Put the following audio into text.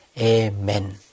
Amen